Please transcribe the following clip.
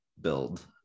build